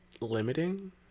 limiting